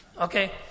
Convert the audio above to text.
Okay